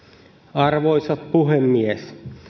arvoisa puhemies